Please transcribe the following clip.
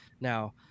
Now